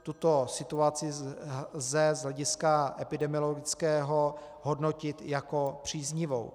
Tuto situaci lze z hlediska epidemiologického hodnotit jako příznivou.